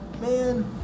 Man